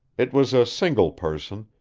it was a single person,